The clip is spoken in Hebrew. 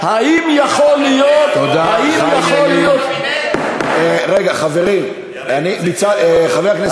האם יכול להיות, רגע, חברים, חבר הכנסת